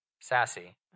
Sassy